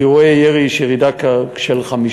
באירועי ירי יש ירידה של כ-15%.